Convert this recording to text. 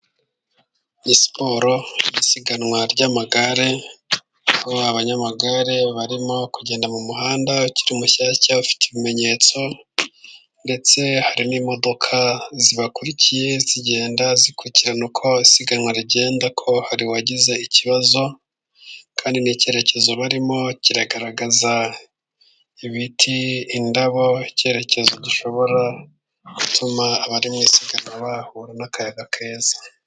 Iyi siporo isiganwa ry'amagare. Abanyamagare barimo kugenda mu muhanda ukiri mushyashya ufite ibimenyetso ,ndetse hari n'imodoka zibakurikiye zigenda zikurikirana uko isiganwa rigenda ko hari uwagize ikibazo, kandi n'ikerekezo barimo kiragaragaza ibiti ,indabo .Ikerekezo gishobora gutuma abari mu isiganwa bahura n'akayaga keza.